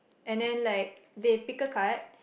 and then like they pick a card